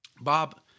Bob